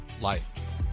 life